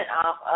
off